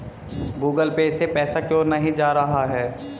Google pay से पैसा क्यों नहीं जा रहा है?